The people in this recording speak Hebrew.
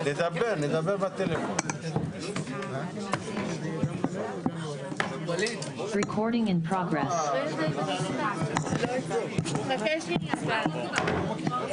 12:10.